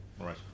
right